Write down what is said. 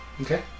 Okay